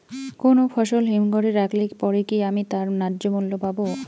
কোনো ফসল হিমঘর এ রাখলে পরে কি আমি তার ন্যায্য মূল্য পাব?